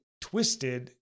twisted